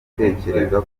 gutekereza